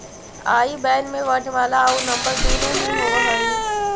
आई बैन में वर्णमाला आउ नंबर दुनो ही होवऽ हइ